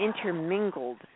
Intermingled